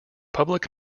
public